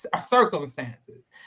circumstances